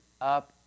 up